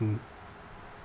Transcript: mm